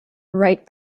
right